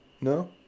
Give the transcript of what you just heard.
no